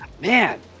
man